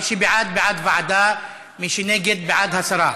מי שבעד, בעד ועדה, מי שנגד, בעד הסרה.